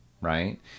Right